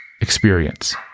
experience